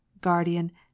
Guardian